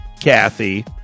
Kathy